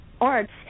arts